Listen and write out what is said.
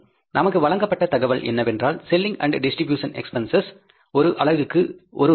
நமக்கு வழங்கப்பட்ட தகவல் என்னவென்றால் செல்லிங் அண்ட் டிஸ்ட்ரிபியூஷன் எஸ்பிஎன்செஸ் ஒரு அலகுக்கு 1 ரூபாய்